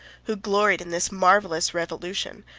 who gloried in this marvellous revolution,